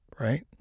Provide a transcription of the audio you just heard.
right